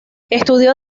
estudió